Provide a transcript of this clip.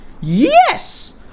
yes